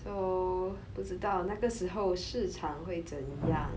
so 不知道那个时候市场会怎样